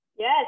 yes